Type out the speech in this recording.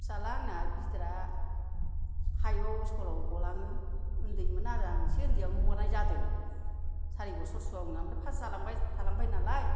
फिसाला आंना गिदिरा फाइभआव स्कुलाव गलाङो उन्दैमोन आरो आङो एसे उन्दैयावनो हगारनाय जादों सारि बसर सोयावनो ओमफ्राय पास जालांबाय थालांबाय नालाय